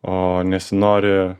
o nesinori